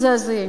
מזעזעים.